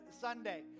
Sunday